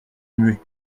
muet